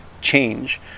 Change